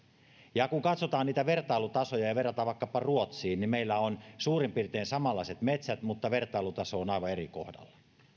ja kun katsotaan niitä vertailutasoja ja verrataan vaikkapa ruotsiin niin meillä on suurin piirtein samanlaiset metsät mutta vertailutaso on aivan eri kohdalla